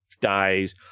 dies